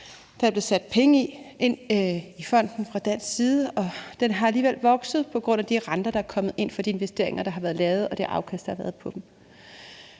Der er blevet sat penge ind i fonden fra dansk side, og den er alligevel vokset på grund af de renter, der er kommet ind fra de investeringer, der er blevet lavet, og det afkast, der har været på dem.